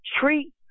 treat